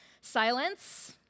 Silence